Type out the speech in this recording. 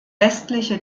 westliche